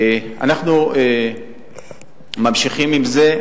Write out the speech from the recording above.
אנחנו ממשיכים עם זה,